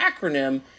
acronym